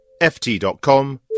ft.com